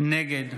נגד